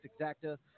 exacta